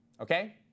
Okay